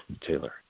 Taylor